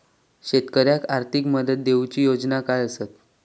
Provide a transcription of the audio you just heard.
शेतकऱ्याक आर्थिक मदत देऊची योजना काय आसत?